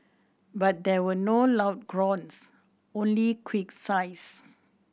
but there were no loud groans only quick sighs